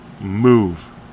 move